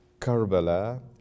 Karbala